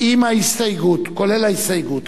עם ההסתייגות, כולל ההסתייגות.